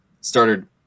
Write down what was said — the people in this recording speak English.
started